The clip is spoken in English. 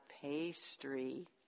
pastry